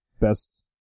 Best